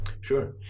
Sure